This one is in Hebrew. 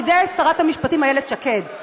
בידי שרת המשפטים איילת שקד.